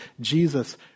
Jesus